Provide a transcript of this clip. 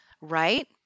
Right